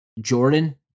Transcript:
Jordan